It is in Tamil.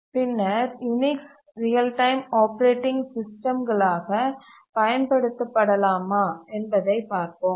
பின்னர் யூனிக்ஸ் ரியல் டைம் ஆப்பரேட்டிங் சிஸ்டம்களாக பயன்படுத்த படலாமா என்பதைப் பார்ப்போம்